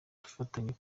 dufatanye